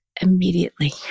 immediately